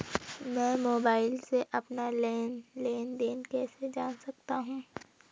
मैं मोबाइल से अपना लेन लेन देन कैसे जान सकता हूँ?